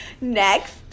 Next